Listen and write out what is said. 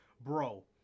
Bro